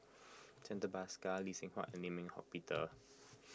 Santha Bhaskar Lee Seng Huat and Lim Eng Hock Peter